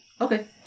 Okay